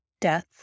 death